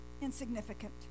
insignificant